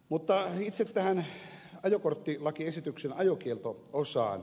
mutta itse tähän ajokorttilakiesityksen ajokielto osaan